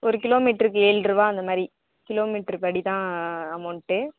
ஒரு கிலோமீட்ருக்கு ஏழு ரூவாய் அந்த மாதிரி கிலோமீட்ரு படிதான் அமௌண்ட்டு